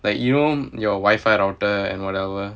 like you know your Wi-Fi router and whatever